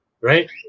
right